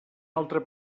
altre